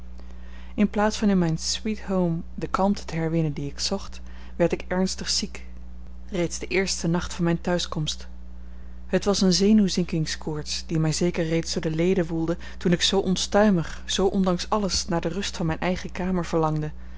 in plaats van in mijn sweet home de kalmte te herwinnen die ik zocht werd ik ernstig ziek reeds den eersten nacht van mijn thuiskomst het was eene zenuw zinkingskoorts die mij zeker reeds door de leden woelde toen ik zoo onstuimig zoo ondanks alles naar de rust van mijne eigene kamer verlangde